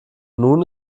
nun